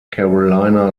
carolina